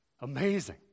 Amazing